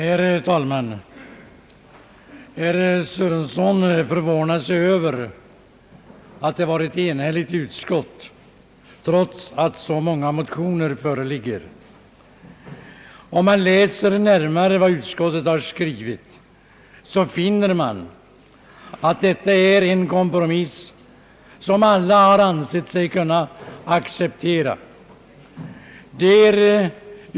Herr talman! Herr Sörenson förvånar sig över att utskottet var enhälligt trots att så många motioner föreligger. Om man läser närmare vad utskottet har skrivit, så finner man att detta är en kompromiss som alla har ansett sig kunna acceptera.